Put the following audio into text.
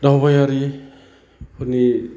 दावबायारिफोरनि